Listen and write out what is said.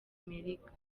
amerika